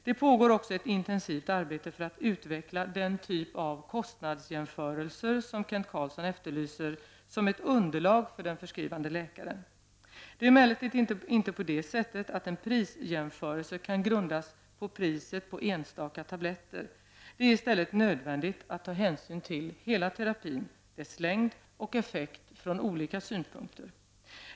Det pågår också ett intensivt arbete för att utveckla den typ av kostnadsjämförelser som Kent Carlsson efterlyser som ett underlag för den förskrivande läkaren. Det är emellertid inte på det sättet att en prisjämförelse kan grundas på priset på enstaka tabletter. Det är i stället nödvändigt att ta hänsyn till hela terapin, dess längd och effekt från olika synpunkter.